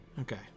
Okay